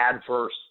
adverse